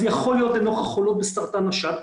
זה יכול להיות לנוכח חולות בסרטן השד,